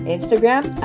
Instagram